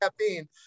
caffeine